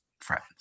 friends